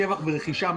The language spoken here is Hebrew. שבח ורכישה,